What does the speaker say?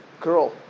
girl